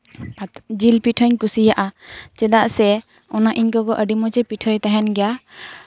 ᱡᱤᱞ ᱯᱤᱴᱷᱟᱹᱧ ᱠᱩᱥᱤᱭᱟᱜᱼᱟ ᱪᱮᱫᱟᱜ ᱥᱮ ᱚᱱᱟ ᱤᱧ ᱜᱚᱜᱚ ᱟᱹᱰᱤ ᱢᱚᱸᱡᱽᱼᱮ ᱯᱤᱴᱷᱟᱹᱭ ᱛᱮᱦᱮᱱ ᱜᱮᱭᱟ